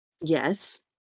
yes